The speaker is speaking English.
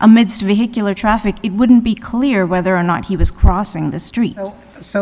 amidst vehicular traffic it wouldn't be clear whether or not he was crossing the street so